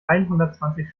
einhundertzwanzig